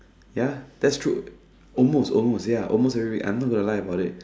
ya that's true almost almost ya almost already I'm not going to lie about it